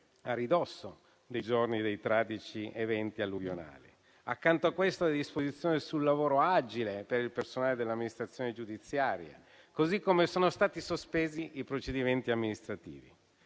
a ridosso dei giorni dei tragici eventi alluvionali. Accanto a queste, ci sono le disposizioni sul lavoro agile per il personale delle amministrazioni giudiziarie, così come sono stati sospesi i procedimenti amministrativi.